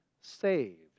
saved